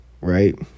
Right